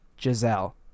Giselle